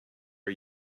are